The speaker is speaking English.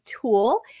tool